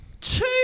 two